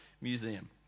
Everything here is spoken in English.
Museum